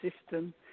system